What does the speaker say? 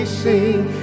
sing